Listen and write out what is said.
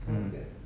mm